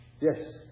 Yes